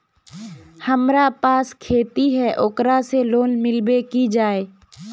हमरा पास खेती है ओकरा से लोन मिलबे जाए की?